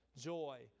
joy